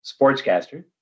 sportscaster